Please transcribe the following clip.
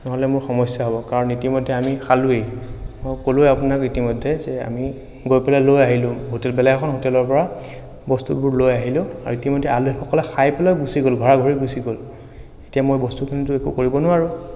নহ'লে মোৰ সমস্যা হ'ব কাৰণ ইতিমধ্যে আমি খালোঁৱেই মই ক'লোৱেই আপোনাক ইতিমধ্যে যে আমি গৈ পেলাই লৈ আহিলো হো বেলেগ এখন হোটেলৰ পৰা বস্তুবোৰ লৈ আহিলোঁ আৰু ইতিমধ্যে আলহীসকলে খাই পেলাইয়ো গুচি গ'ল ঘৰা ঘৰি গুচি গ'ল এতিয়া মই বস্তুখিনিতো একো কৰিব নোৱাৰোঁ